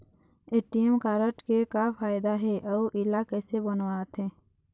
ATM card के का फायदा हे अऊ इला कैसे बनवाथे?